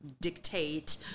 dictate